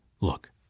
Look